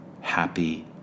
happy